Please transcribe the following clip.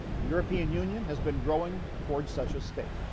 european union has been growing toward such a state.